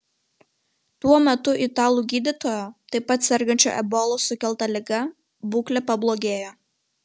tuo metu italų gydytojo taip pat sergančio ebolos sukelta liga būklė pablogėjo